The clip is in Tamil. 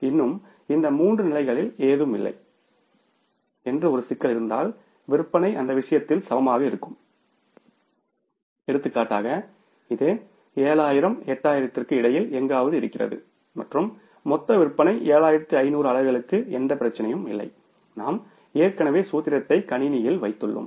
இன்னும் இந்த மூன்று நிலைகளில் எதுவுமில்லை என்று ஒரு சிக்கல் இருந்தால் விற்பனை அந்த விஷயத்தில் சமமாக இருக்கும் எடுத்துக்காட்டாக இது 7000 8000 க்கு இடையில் எங்காவது இருக்கிறது மற்றும் மொத்த விற்பனை 7500 அலகுகளுக்கு எந்த பிரச்சனையும் இல்லை நாம் ஏற்கனவே சூத்திரத்தை கணினியில் வைத்துள்ளோம்